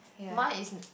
mine is